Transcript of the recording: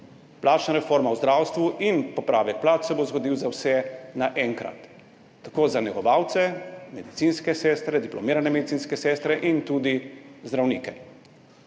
plačna reforma v zdravstvu in popravek plač se bo zgodil za vse naenkrat, tako za negovalce, medicinske sestre, diplomirane medicinske sestre in tudi zdravnike.